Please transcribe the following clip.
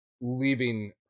leaving